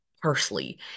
parsley